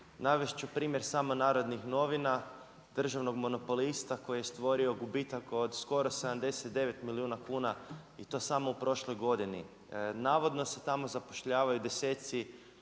Navesti ću primjer samo Narodnih novina, državnog monopolista koji je stvorio gubitak od skoro 79 milijuna kuna i to samo u prošloj godini. Navodno se tamo zapošljavaju 10